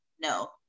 no